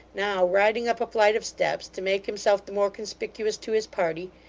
now riding up a flight of steps to make himself the more conspicuous to his party,